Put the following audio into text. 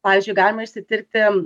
pavyzdžiui galima išsitirti